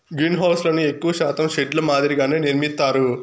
గ్రీన్హౌస్లను ఎక్కువ శాతం షెడ్ ల మాదిరిగానే నిర్మిత్తారు